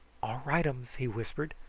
all rightums! he whispered.